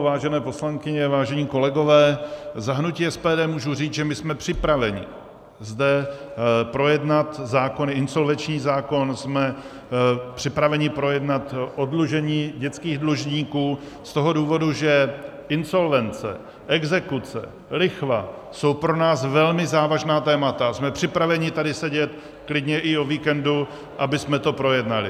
Vážené poslankyně, vážení kolegové, za hnutí SPD můžu říct, že my jsme připraveni zde projednat zákony, insolvenční zákon, jsme připraveni projednat oddlužení dětských dlužníků z toho důvodu, že insolvence, exekuce, lichva jsou pro nás velmi závažná témata, a jsme připraveni tady sedět klidně i o víkendu, abychom to projednali.